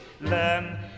learn